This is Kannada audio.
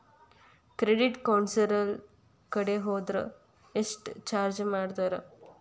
ಕ್ರೆಡಿಟ್ ಕೌನ್ಸಲರ್ ಕಡೆ ಹೊದ್ರ ಯೆಷ್ಟ್ ಚಾರ್ಜ್ ಮಾಡ್ತಾರ?